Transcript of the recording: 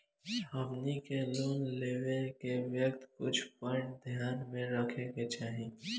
हमनी के लोन लेवे के वक्त कुछ प्वाइंट ध्यान में रखे के चाही